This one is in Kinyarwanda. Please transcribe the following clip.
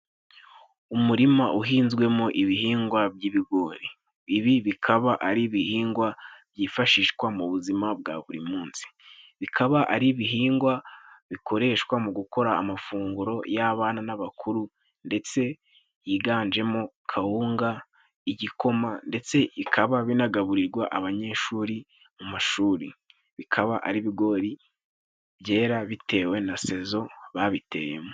Umurima uhinzwe mo ibihingwa by'ibigori. Ibi bikaba ari ibihingwa byifashishwa mu buzima bwa buri munsi. Bikaba ari ibihingwa bikoreshwa mu gukora amafunguro y'abana n'abakuru ndetse yiganjemo kawunga, igikoma, ndetse ikaba binagaburirwa abanyeshuri mu mashuri. Bikaba ari ibigori byera bitewe na sezo babiteye mo.